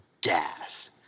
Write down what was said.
Gas